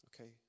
Okay